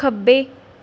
ਖੱਬੇ